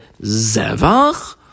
zevach